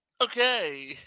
Okay